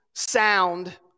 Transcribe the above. Sound